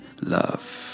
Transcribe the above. love